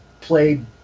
played